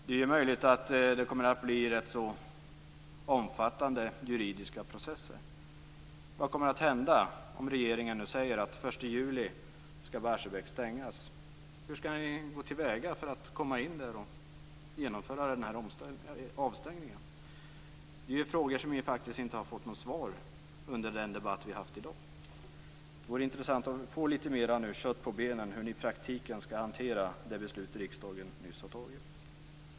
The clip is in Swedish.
Det är möjligt att det kommer att bli rätt omfattande juridiska processer. Vad kommer att hända om regeringen nu säger att Barsebäck skall stängas den 1 juli? Hur skall man gå till väga för att komma in där och genomföra avstängningen? Detta är frågor som vi faktiskt inte har fått något svar på i den debatt vi har fört i dag. Det vore intressant att få litet mer kött på benen när det gäller hur regeringen i praktiken skall hantera det beslut som riksdagen nyss har fattat.